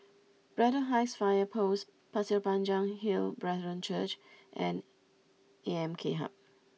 Braddell Heights Fire Post Pasir Panjang Hill Brethren Church and A M K Hub